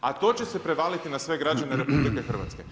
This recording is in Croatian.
A to će se prevaliti na sve građane RH.